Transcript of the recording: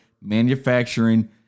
manufacturing